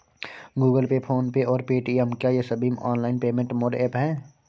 Google Pay PhonePe और Paytm क्या ये सभी ऑनलाइन पेमेंट मोड ऐप हैं?